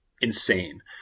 insane